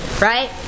right